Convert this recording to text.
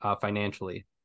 financially